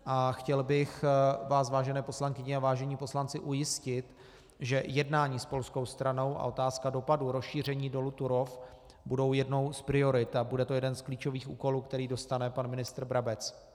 A chtěl bych vás, vážené poslankyně a vážení poslanci, ujistit, že jednání s polskou stranou a otázka dopadů rozšíření dolu Turów budou jednou z priorit a bude to jeden z klíčových úkolů, který dostane pan ministr Brabec.